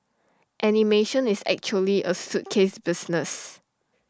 animation is actually A suitcase business